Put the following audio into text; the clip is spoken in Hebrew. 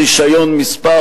רשיון מס'